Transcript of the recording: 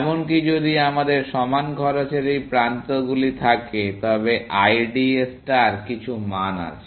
এমনকি যদি আমাদের সমান খরচের এই প্রান্তগুলি থাকে তবে IDA ষ্টার কিছু মান আছে